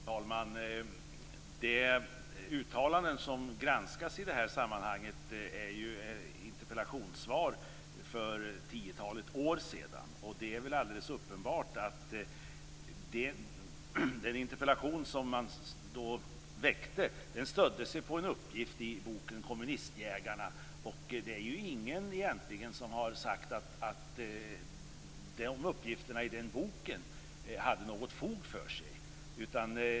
Fru talman! Det uttalande som granskas i detta sammanhang är ett interpellationssvar som lämnades för tiotalet år sedan. Det är alldeles uppenbart att den interpellation som man då väckte stödde sig på en uppgift i boken Kommunistjägarna. Det är egentligen ingen som har sagt att uppgifterna i den boken hade något fog för sig.